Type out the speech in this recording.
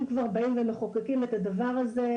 אם באים ומחוקקים את הדבר הזה.